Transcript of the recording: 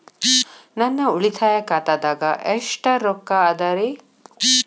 ನನ್ನ ಉಳಿತಾಯ ಖಾತಾದಾಗ ಎಷ್ಟ ರೊಕ್ಕ ಅದ ರೇ?